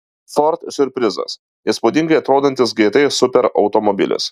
ford siurprizas įspūdingai atrodantis gt superautomobilis